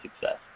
success